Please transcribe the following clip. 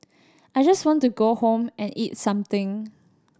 I just want to go home and eat something